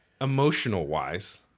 emotional-wise